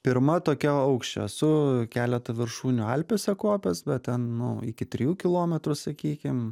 pirma tokia aukščio esu keletą viršūnių alpėse kopęs bet ten nu iki trijų kilometrų sakykim